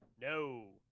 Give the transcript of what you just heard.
No